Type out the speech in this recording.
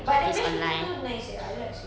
but their mashed potato nice sia I like seh